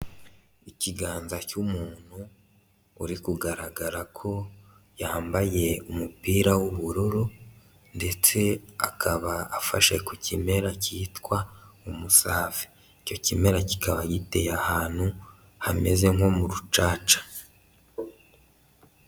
Ikiganza cy'umuntu uri kugaragara ko yambaye umupira w'ubururu ndetse akaba afashe ku kimera cyitwa umusafi, icyo kimera kikaba giteye ahantu hameze nko mu rucaca.